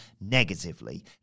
negatively